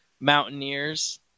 Mountaineers